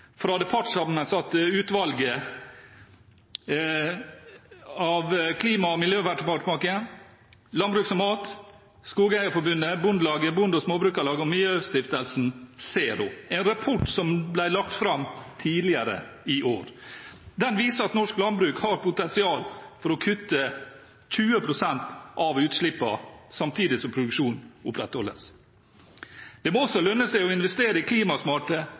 fra det partssammensatte utvalget bestående av Klima- og miljødepartementet, Landbruks- og matdepartementet, Skogeierforbundet, Bondelaget, Norsk Bonde- og Småbrukarlag og Miljøstiftelsen Zero – en rapport som ble lagt fram tidligere i år. Den viser at norsk landbruk har potensial for å kutte 20 pst. av utslippene, samtidig som produksjonen opprettholdes. Det må også lønne seg å investere i klimasmarte